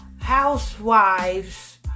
housewives